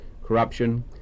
corruption